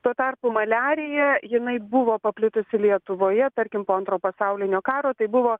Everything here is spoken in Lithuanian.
tuo tarpu maliarija jinai buvo paplitusi lietuvoje tarkim po antro pasaulinio karo tai buvo